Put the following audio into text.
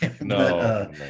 no